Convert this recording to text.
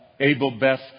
Abelbeth